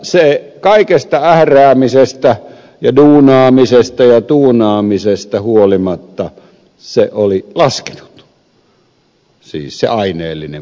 se kaikesta ähräämisestä ja duunaamisesta ja tuunaamisesta huolimatta oli laskenut siis se aineellinen puoli